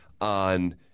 on